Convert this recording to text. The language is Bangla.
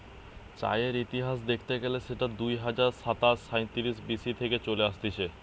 চায়ের ইতিহাস দেখতে গেলে সেটা দুই হাজার সাতশ সাইতিরিশ বি.সি থেকে চলে আসতিছে